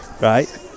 right